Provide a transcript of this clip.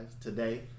Today